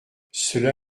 cela